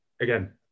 again